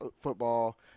football